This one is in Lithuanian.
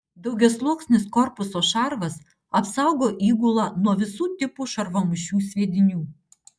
daugiasluoksnis korpuso šarvas apsaugo įgulą nuo visų tipų šarvamušių sviedinių